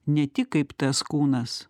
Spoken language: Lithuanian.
ne tik kaip tas kūnas